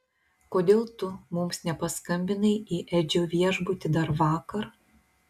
kodėl tu mums nepaskambinai į edžio viešbutį dar vakar